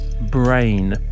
Brain